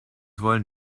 wollen